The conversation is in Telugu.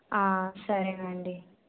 సరేనండి